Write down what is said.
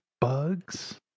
Bugs